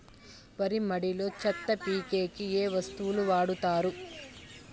వరి మడిలో చెత్త పీకేకి ఏ వస్తువులు వాడుతారు?